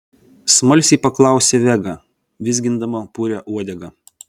smalsiai paklausė vega vizgindama purią uodegą